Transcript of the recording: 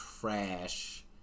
trash